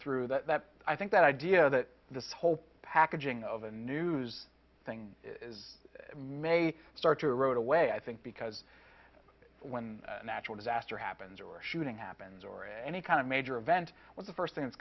through that i think that idea that this whole packaging of a news thing is may start to road away i think because when a natural disaster happens or a shooting happens or any kind of major event was the first thing